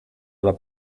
alla